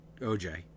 OJ